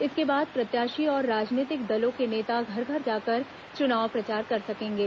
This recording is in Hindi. इसके बाद प्रत्याशी और राजनीतिक दलों के नेता घर घर जाकर कर चुनाव प्रचार कर सकेंगे